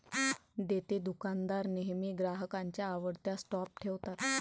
देतेदुकानदार नेहमी ग्राहकांच्या आवडत्या स्टॉप ठेवतात